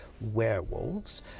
werewolves